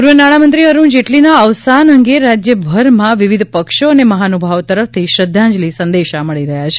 પૂર્વ નાણામંત્રી અરૂણ જેટલીના અવસાન અંગે રાજ્યભરમાંથી વિવિધ પક્ષો અને માહનુભાવો તરફથી શ્રધ્ધાંજલિ સંદેશા મળી રહ્યા છે